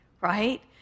right